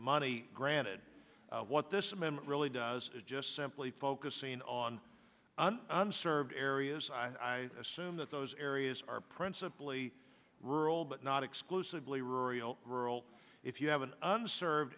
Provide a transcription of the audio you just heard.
money granted what this amendment really does is just simply focusing on an served areas i assume that those areas are principally rural but not exclusively rural if you have an unders